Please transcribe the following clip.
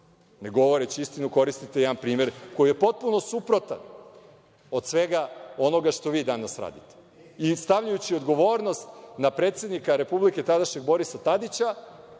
Ne govoreći istinu, koristite jedan primer koji je potpuno suprotan od svega onoga što vi danas radite, i stavljajući odgovornost na tadašnjeg predsednika Republike, Borisa Tadića,